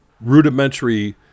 rudimentary